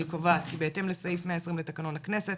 אני קובעת כי בהתאם לסעיף 120 לתקנון הכנסת,